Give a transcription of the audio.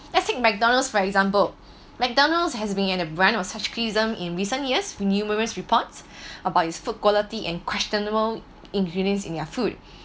I think McDonald's for example McDonald's has been in a brand of in recent years with numerous reports about its food quality and questionable ingredients in their food